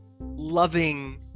loving